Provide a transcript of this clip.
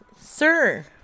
Sir